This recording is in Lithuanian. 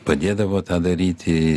padėdavo tą daryti